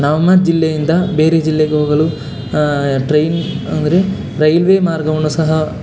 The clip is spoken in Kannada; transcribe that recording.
ನಮ್ಮ ಜಿಲ್ಲೆಯಿಂದ ಬೇರೆ ಜಿಲ್ಲೆಗೆ ಹೋಗಲು ಟ್ರೈನ್ ಅಂದರೆ ರೈಲ್ವೇ ಮಾರ್ಗವನ್ನು ಸಹ